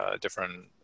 different